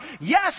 Yes